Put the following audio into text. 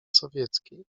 sowieckiej